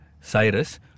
Cyrus